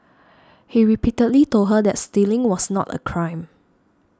he repeatedly told her that stealing was not a crime